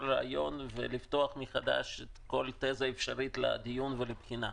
רעיון ולפתוח מחדש כל תזה אפשרית לדיון ולבחינה.